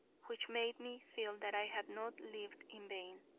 which made me feel that i had not lived in vain.